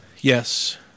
Yes